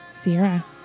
Sierra